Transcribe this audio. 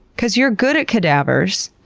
because you're good at cadavers.